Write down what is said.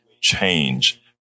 change